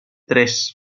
tres